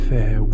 Fair